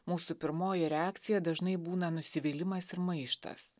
mūsų pirmoji reakcija dažnai būna nusivylimas ir maištas